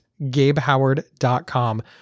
gabehoward.com